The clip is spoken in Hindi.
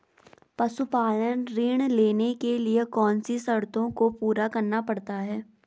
पशुपालन ऋण लेने के लिए कौन सी शर्तों को पूरा करना पड़ता है?